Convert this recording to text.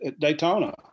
Daytona